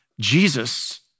Jesus